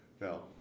No